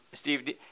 Steve